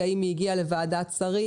האם היא הגיעה לוועדת שרים,